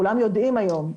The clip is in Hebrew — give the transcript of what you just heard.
כולנו יודעים היום,